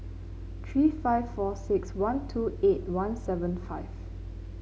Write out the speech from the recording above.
three five four six one two eight one seven five